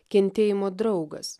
kentėjimo draugas